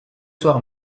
soir